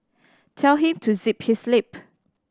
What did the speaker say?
tell him to zip his lip